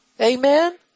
Amen